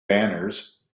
banners